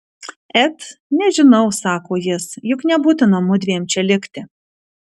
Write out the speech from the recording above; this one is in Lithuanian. et nežinau sako jis juk nebūtina mudviem čia likti